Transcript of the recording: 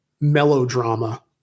melodrama